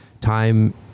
time